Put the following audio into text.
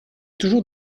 toujours